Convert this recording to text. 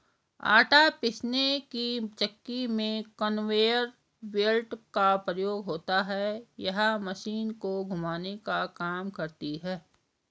आटा पीसने की चक्की में कन्वेयर बेल्ट का प्रयोग होता है यह मशीन को घुमाने का काम करती है